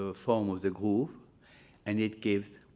ah form with a groove and it gives